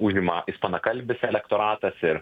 užima ispanakalbis elektoratas ir